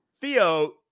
theo